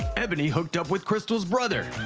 ebony hooked up with crystal's brother